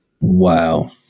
Wow